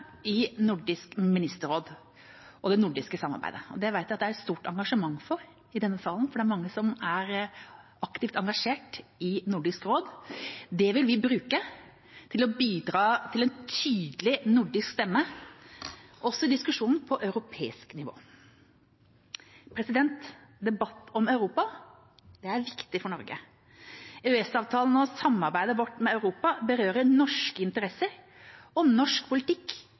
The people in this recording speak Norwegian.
i Nordisk ministerråd og det nordiske samarbeidet. Det vet jeg at det er et stort engasjement for i denne salen, for det er mange som er aktivt engasjert i Nordisk råd. Det vil vi bruke til å bidra til en tydelig nordisk stemme i diskusjonen også på europeisk nivå. Debatt om Europa er viktig for Norge. EØS-avtalen og samarbeidet vårt med Europa berører norske interesser og norsk politikk